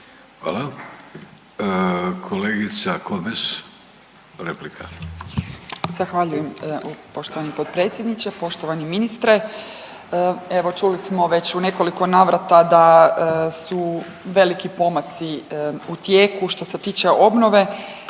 replika. **Komes, Magdalena (HDZ)** Zahvaljujem poštovani potpredsjedniče. Poštovani ministre, evo čuli smo već u nekoliko navrata da su veliki pomaci u tijeku što se tiče obnove.